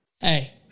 hey